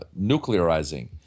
nuclearizing